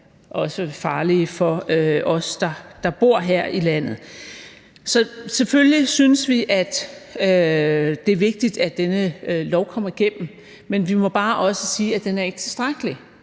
også er farlige for os, der bor her i landet. Så selvfølgelig synes vi, det er vigtigt, at denne lov kommer igennem, men vi må bare også sige, at den ikke er tilstrækkelig.